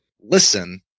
listen